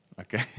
Okay